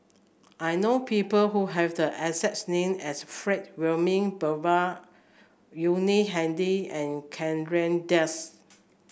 I know people who have the exact name as Frank Wilmin Brewer Yuni Hadi and Chandra Das